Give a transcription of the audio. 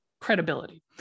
credibility